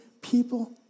people